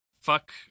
fuck